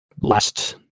last